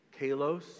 kalos